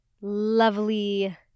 lovely